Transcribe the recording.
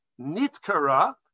Nitkara